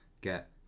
get